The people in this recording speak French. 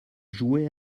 jouait